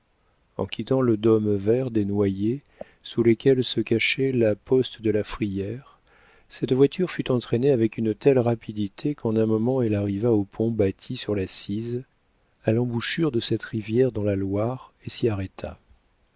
en quittant le dôme vert des noyers sous lesquels se cachait la poste de la frillière cette voiture fut entraînée avec une telle rapidité qu'en un moment elle arriva au pont bâti sur la cise à l'embouchure de cette rivière dans la loire et s'y arrêta